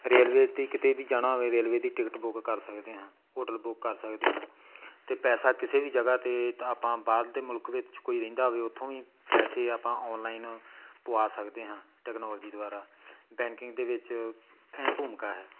railway ਦੀ ਕਿਤੇ ਵੀ ਜਾਣਾ ਹੋਵੇ ਰੇਲਵੇ ਦੀ ਟਿਕਟ ਬੁੱਕ ਕਰ ਸਕਦੇ ਹਾਂ ਹੋਟਲ ਬੁੱਕ ਕਰ ਸਕਦੇ ਹਾਂ ਅਤੇ ਪੈਸਾ ਕਿਸੇ ਵੀ ਜਗ੍ਹਾ 'ਤੇ ਤਾਂ ਆਪਾਂ ਬਾਹਰ ਦੇ ਮੁਲਕ ਵਿੱਚ ਕੋਈ ਰਹਿੰਦਾ ਹੋਵੇ ਉੱਥੋਂ ਵੀ ਪੈਸੇ ਆਪਾਂ ਔਨਲਾਈਨ ਪਵਾ ਸਕਦੇ ਹਾਂ ਟੈਕਨੋਲਜੀ ਦੁਆਰਾ ਬੈਂਕਿੰਗ ਦੇ ਵਿੱਚ ਅਹਿਮ ਭੂਮਿਕਾ ਹੈ